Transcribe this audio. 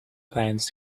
plans